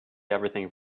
everything